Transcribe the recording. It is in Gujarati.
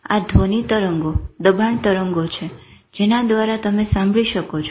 આ ધ્વની તરંગો દબાણ તરંગો છે જેના દ્વારા તમે સાંભળી શકો છો